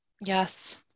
Yes